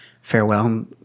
farewell